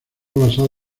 basada